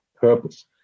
purpose